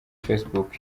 facebook